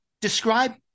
describe